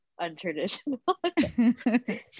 untraditional